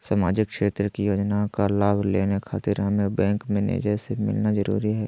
सामाजिक क्षेत्र की योजनाओं का लाभ लेने खातिर हमें बैंक मैनेजर से मिलना जरूरी है?